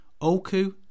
Oku